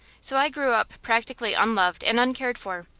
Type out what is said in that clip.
so i grew up practically unloved and uncared for,